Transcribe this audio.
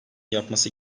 yapması